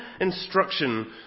instruction